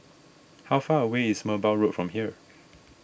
how far away is Merbau Road from here